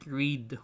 read